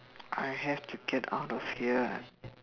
I have to get out of here